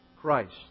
Christ